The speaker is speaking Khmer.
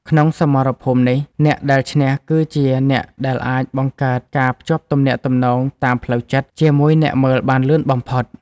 ក្នុងសមរភូមិនេះ អ្នកដែលឈ្នះគឺជាអ្នកដែលអាចបង្កើត ការភ្ជាប់ទំនាក់ទំនងតាមផ្លូវចិត្ត ជាមួយអ្នកមើលបានលឿនបំផុត។